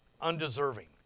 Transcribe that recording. undeserving